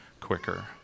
quicker